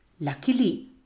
Luckily